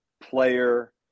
player